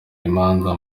imanza